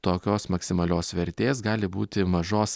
tokios maksimalios vertės gali būti mažos